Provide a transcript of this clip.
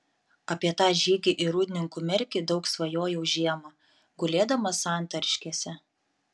apie tą žygį į rūdninkų merkį daug svajojau žiemą gulėdamas santariškėse